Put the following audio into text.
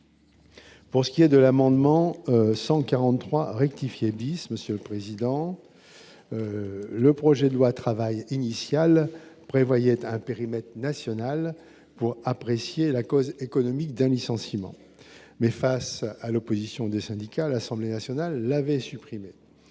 pour ce qui est de l'amendement 143 rectifier 10, monsieur le président, le projet de loi travail initial prévoyait un périmètre national pour apprécier la cause économique d'un licenciement, mais face à l'opposition des syndicats, l'Assemblée nationale avait supprimé